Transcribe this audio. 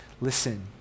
listen